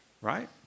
Right